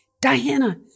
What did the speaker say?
Diana